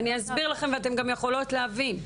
אני אסביר לכן ואתן גם יכולות להבין.